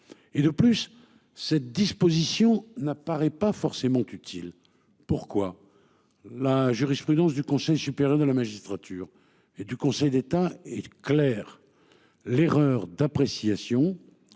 Et de plus, cette disposition n'apparaît pas forcément utile. Pourquoi. La jurisprudence du Conseil supérieur de la magistrature et du Conseil d'État est clair. L'erreur d'appréciation.